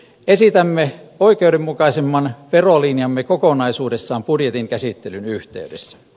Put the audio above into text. esitämme oikeudenmukaisemman verolinjamme kokonaisuudessaan budjetin käsittelyn yhteydessä